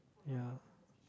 ya